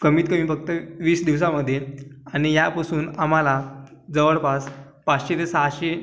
कमीत कमी फक्त वीस दिवसामध्ये आणि यापासून आम्हाला जवळपास पाचशे ते सहाशे